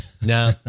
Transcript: No